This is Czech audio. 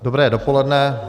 Dobré dopoledne.